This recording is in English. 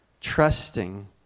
trusting